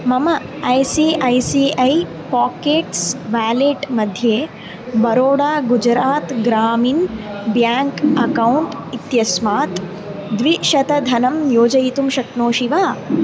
मम I C I C I pockets वेलेट्मध्ये Baroda Gujarat Gramin bank account इत्यस्मात् द्विशतधनं योजयितुं शक्नोषि वा